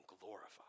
glorified